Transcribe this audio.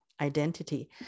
identity